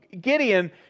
Gideon